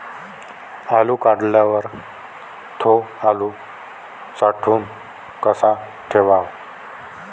आलू काढल्यावर थो आलू साठवून कसा ठेवाव?